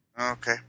Okay